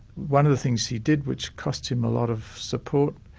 one of the things he did which cost him a lot of support,